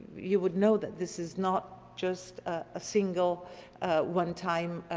you would know that this is not just a single one time